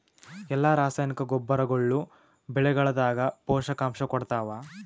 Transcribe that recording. ಎಲ್ಲಾ ರಾಸಾಯನಿಕ ಗೊಬ್ಬರಗೊಳ್ಳು ಬೆಳೆಗಳದಾಗ ಪೋಷಕಾಂಶ ಕೊಡತಾವ?